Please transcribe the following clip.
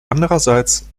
andererseits